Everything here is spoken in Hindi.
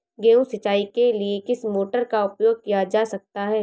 गेहूँ सिंचाई के लिए किस मोटर का उपयोग किया जा सकता है?